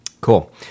Cool